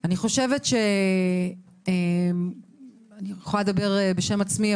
אני חושבת שאני יכולה לדבר בשם עצמי,